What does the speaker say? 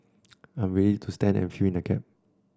I'm ready to stand and fill in the gap